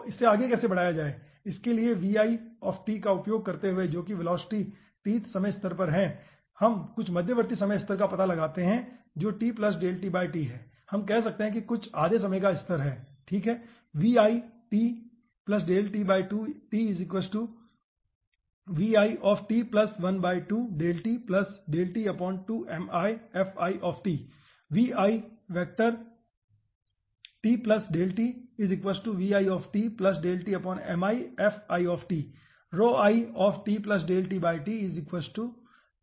तो इसे आगे कैसे बढ़ाया जाए इसलिए का उपयोग करते हुए जो कि वेलोसिटी tth समय स्तर है हम कुछ मध्यवर्ती समय स्तर का पता लगाते हैं जो है हम कह सकते हैं कुछ आधे समय का स्तर ठीक है